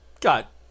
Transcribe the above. got